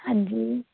ਹਾਂਜੀ